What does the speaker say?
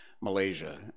Malaysia